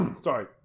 Sorry